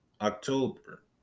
October